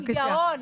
היא גאון.